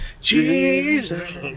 Jesus